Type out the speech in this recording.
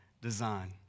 design